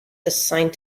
assigned